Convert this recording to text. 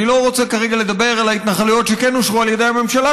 אני לא רוצה כרגע לדבר על ההתנחלויות שכן אושרו על ידי הממשלה,